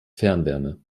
fernwärme